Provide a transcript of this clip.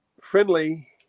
friendly